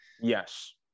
yes